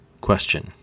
Question